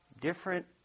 different